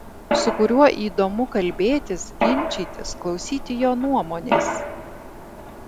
su kuriuo įdomu kalbėtis ginčytis klausyti jo nuomonės